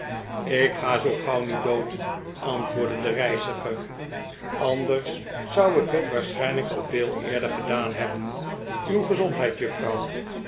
ik ga zoo gauw niet dood antwoordde de reiziger anders zou ik het waarschijnlijk al veel eerder gedaan hebben uw gezondheid